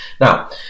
now